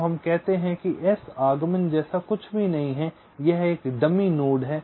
तो हम कहते हैं s आगमन जैसा कुछ भी नहीं है यह एक डमी नोड है